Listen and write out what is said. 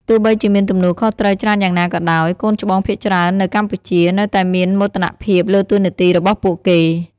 ទោះបីជាមានទំនួលខុសត្រូវច្រើនយ៉ាងណាក៏ដោយ កូនច្បងភាគច្រើននៅកម្ពុជា នៅតែមានមោទនភាពលើតួនាទីរបស់ពួកគេ។